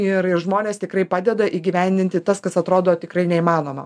ir ir žmonės tikrai padeda įgyvendinti tas kas atrodo tikrai neįmanoma